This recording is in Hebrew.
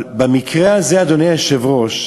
אבל במקרה הזה, אדוני היושב-ראש,